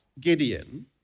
Gideon